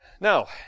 Now